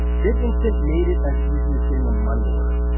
bitinstant made it as easy as getting a money order.